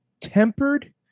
tempered